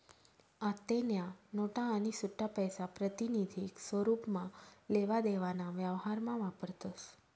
आत्तेन्या नोटा आणि सुट्टापैसा प्रातिनिधिक स्वरुपमा लेवा देवाना व्यवहारमा वापरतस